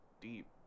deep